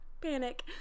Panic